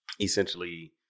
essentially